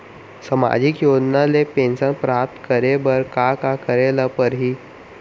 सामाजिक योजना ले पेंशन प्राप्त करे बर का का करे ल पड़ही?